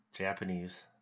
Japanese